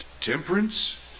temperance